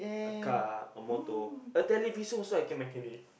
a car a motor a television also I can mechanic